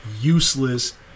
useless